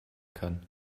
kann